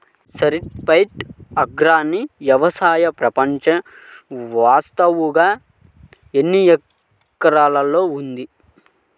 Certified organic వ్యవసాయం ప్రపంచ వ్యాప్తముగా ఎన్నిహెక్టర్లలో ఉంది?